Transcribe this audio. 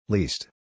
Least